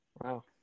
Wow